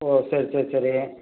ஓ சேரி சரி சரி